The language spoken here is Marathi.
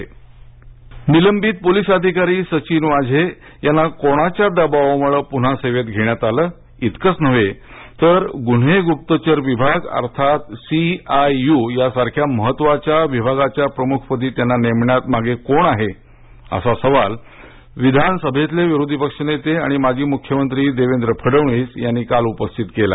फडणवीस वाझे निलंबित पोलीस अधिकारी सचिन वाझे यांना कोणाच्या दबावामुळे पुन्हा सेवेत घेण्यात आले इतकेच नव्हे तर गुन्हे गुप्तचर विभाग अर्थात सी आय यू यासारख्या महत्वाच्या विभागाच्या प्रमुखपदी त्यांना नेमण्यामागे कोण आहे असा सवाल विधानसभेतील विरोधी पक्षनेते आणि माजी मुख्यमंत्री देवेंद्र फडणवीस यांनी काल उपस्थित केला